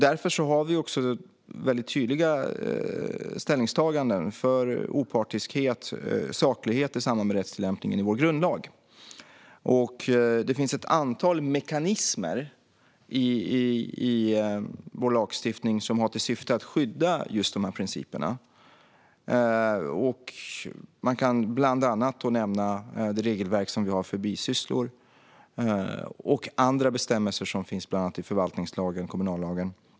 Därför har vi också i vår grundlag tydliga ställningstaganden gällande opartiskhet och saklighet i samband med rättstillämpningen. Det finns ett antal mekanismer i vår lagstiftning som har till syfte att skydda just dessa principer. Man kan bland annat nämna det regelverk vi har för bisysslor och andra bestämmelser i bland annat förvaltningslagen och kommunallagen.